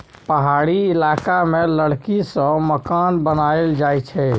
पहाड़ी इलाका मे लकड़ी सँ मकान बनाएल जाई छै